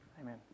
amen